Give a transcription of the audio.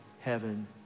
heaven